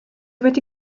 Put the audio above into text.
wedi